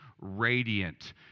radiant